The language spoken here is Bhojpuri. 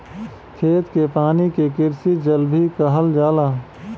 खेत के पानी के कृषि जल भी कहल जाला